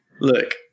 look